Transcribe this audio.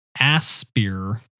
Aspire